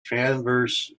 transverse